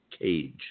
cage